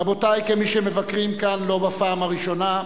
רבותי, כמי שמבקרים כאן לא בפעם הראשונה,